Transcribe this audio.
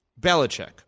Belichick